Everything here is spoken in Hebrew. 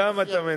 את כולם אתה מנצח.